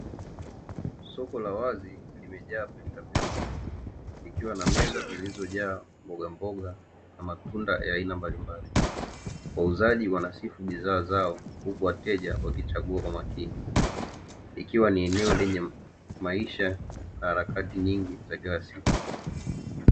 Soko ya wazi limejaa pilikapilika, likiwa na meza zilizojaa mbogamboga na matunda ya aina mbalimbali, wauzaji wanasifu bidhaa zao, huku wateja wakichagua kwa makini, ikiwa ni eneo lenye maisha na harakati nyingi za kila siku.